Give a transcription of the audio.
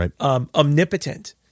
omnipotent